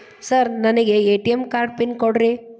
Sir ನನಗೆ ATM card pin ಕೊಡ್ರಿ?